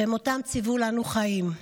במותם ציוו לנו חיים.